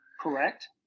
Correct